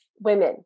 women